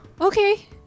Okay